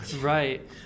Right